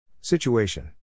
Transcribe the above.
Situation